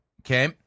Okay